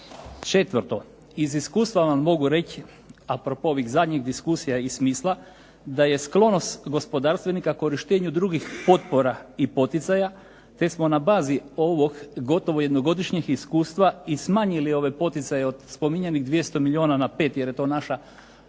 Četvrto, iz iskustva vam mogu reći a propos ovih zadnjih diskusija i smisla da je sklonost gospodarstvenika korištenju drugih potpora i poticaja te smo na bazi ovog gotovo jednogodišnjeg iskustva i smanjili ove poticaje od spominjanih 200 milijuna na 5 jer je to naša